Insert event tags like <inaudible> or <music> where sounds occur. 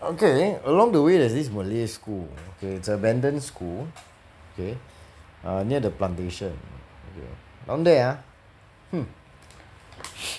okay along the way there's this malay school okay it's abandoned school okay err near the plantation okay down there ah <noise> <breath>